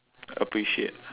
appreciate